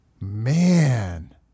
Man